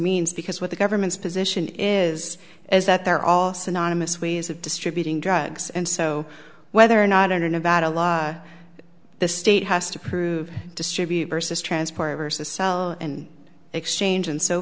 means because what the government's position is is that they're all synonomous ways of distributing drugs and so whether or not under nevada law the state has to prove distribute versus transport versus sell and exchange and so